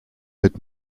mit